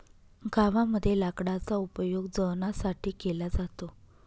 गावामध्ये लाकडाचा उपयोग जळणासाठी केला जातो